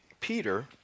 Peter